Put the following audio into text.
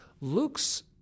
Luke's